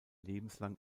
lebenslang